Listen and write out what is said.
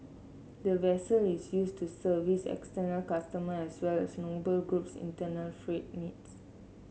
the vessel is used to service external customer as well as Noble Group's internal freight needs